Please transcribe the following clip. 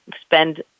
spend